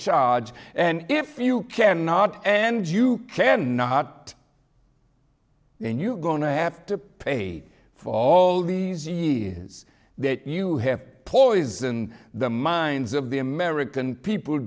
charge and if you can not and you can not and you going to have to pay for all these years that you have poisoned the minds of the american people